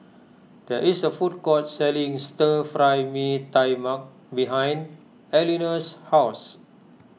there is a food court selling Stir Fry Mee Tai Mak behind Elinor's house